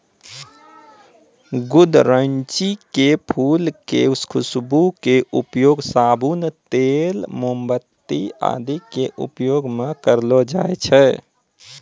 गुदरैंची के फूल के खुशबू के उपयोग साबुन, तेल, मोमबत्ती आदि के उपयोग मं करलो जाय छै